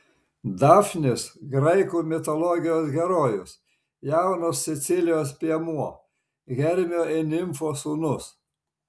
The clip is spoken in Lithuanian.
dafnis graikų mitologijos herojus jaunas sicilijos piemuo hermio ir nimfos sūnus